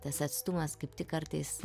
tas atstumas kaip tik kartais